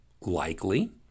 likely